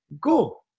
go